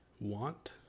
want